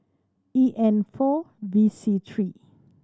E N four V C three